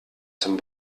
zum